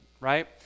right